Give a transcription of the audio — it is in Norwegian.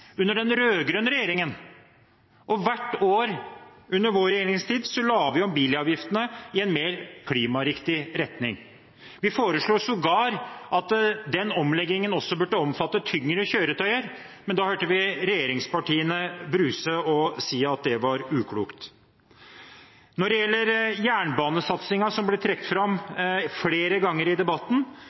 under den rød-grønne regjeringen. Og hvert år under vår regjeringstid la vi om bilavgiftene i en mer klimariktig retning. Vi foreslo sågar at den omleggingen også burde omfatte tyngre kjøretøyer, men da hørte vi regjeringspartiene bruse og si at det var uklokt. Når det gjelder jernbanesatsingen, som blir trukket fram flere ganger i debatten,